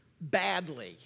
badly